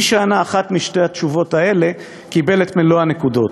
מי שענה אחת משתי התשובות האלה קיבל את מלוא הנקודות,